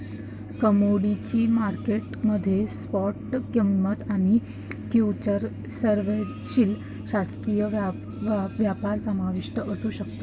commodity market मध्ये spot किंमती आणि फ्युचर्सवरील शारीरिक व्यापार समाविष्ट असू शकतात